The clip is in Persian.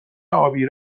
ابی